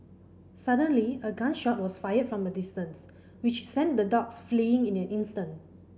suddenly a gun shot was fired from a distance which sent the dogs fleeing in an instant